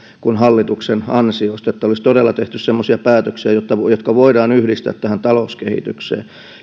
kuin hallituksen ansioista siitä että olisi todella tehty semmoisia päätöksiä jotka voidaan yhdistää tähän talouskehitykseen